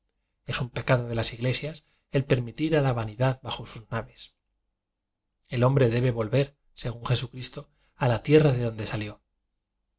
es un pecado de las iglesias el permitir a la vani dad bajo sus naves el hombre debe de volver según jesucristo a la tierra de donde salió